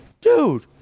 dude